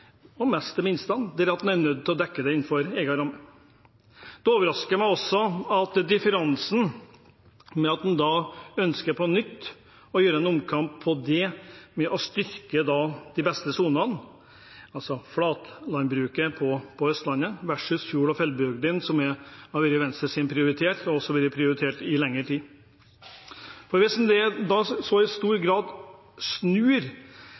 og mest de minste fordi en er nødt til å dekke det innenfor egen ramme. Det som overrasker meg, er differansen – ved at en ønsker en ny omkamp om det å styrke de beste sonene, altså flatlandbruket på Østlandet versus fjord- og fjellbygdene, som har vært Venstres prioritet i lengre tid. Hvis en i så stor grad snur kanaliseringspolitikken, vil den mest verdifulle økonomiske produksjonen i